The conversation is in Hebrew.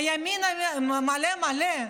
הימין מלא מלא,